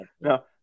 no